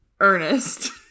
Ernest